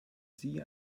sie